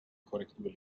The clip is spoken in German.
korrektur